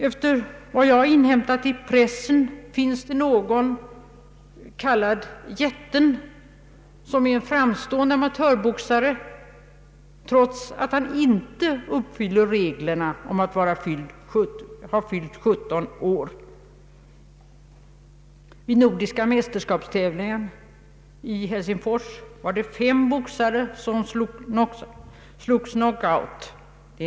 Efter vad jag inhämtat i pressen finns det någon, kallad Jätten, som är en framstående amatörboxare, trots att han inte uppfyller regeln om att ha fyllt 17 år. I nordiska mästerskapstävlingarna i Helsingfors var det fem boxare som slogs knock-out.